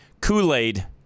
Kool-Aid